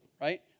right